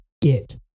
get